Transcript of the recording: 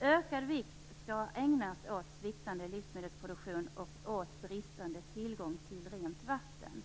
Ökad vikt skall ges åt sviktande livsmedelsproduktion och åt bristande tillgång till rent vatten.